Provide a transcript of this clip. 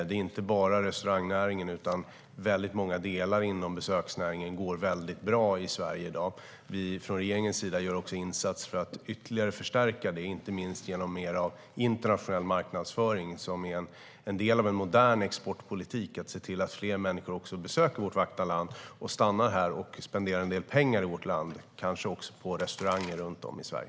Det är inte bara restaurangnäringen, utan väldigt många delar inom besöksnäringen går väldigt bra i Sverige i dag. Från regeringens sida gör vi också insatser för att ytterligare förstärka den, inte minst genom mer av internationell marknadsföring. Det är en del av en modern exportpolitik att se till att fler människor besöker vårt vackra land, stannar här och spenderar en del pengar, kanske också på restauranger runt om i Sverige.